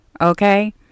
Okay